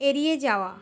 এড়িয়ে যাওয়া